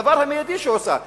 הדבר המיידי שהיא עושה,